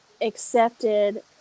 accepted